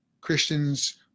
Christians